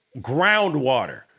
groundwater